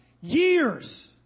years